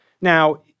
Now